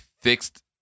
fixed